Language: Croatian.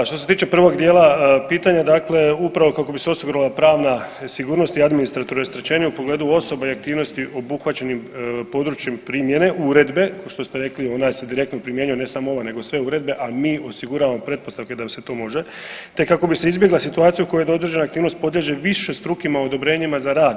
Da, što se tiče prvog dijela pitanja, dakle upravo kako bi se osigurala pravna sigurnost i administrativno rasterećenje u pogledu osoba i aktivnosti obuhvaćenim područjem primjene uredbe kao što ste rekli ona se direktno primjenjuje, ne samo ova, nego sve uredbe, a mi osiguravamo pretpostavke da se to može, te kako bi se izbjegla situacija u kojoj određena aktivnost podliježe višestrukim odobrenjima za rad.